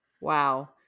Wow